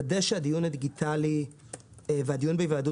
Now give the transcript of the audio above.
לוודא שהדיון הדיגיטלי והדיון בהיוועדות